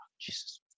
Jesus